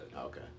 Okay